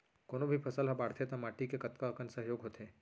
कोनो भी फसल हा बड़थे ता माटी के कतका कन सहयोग होथे?